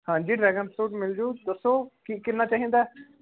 ਹਾਂਜੀ dragon fruit ਮਿਲ ਜਾਊ ਦੱਸੋ ਕਿ ਕਿੰਨਾ ਚਾਹੀਦਾ